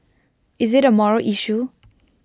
is IT A moral issue